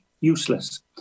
useless